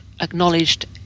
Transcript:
acknowledged